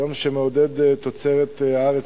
יום שמעודד את תוצרת הארץ.